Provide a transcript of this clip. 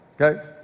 okay